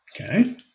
Okay